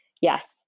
Yes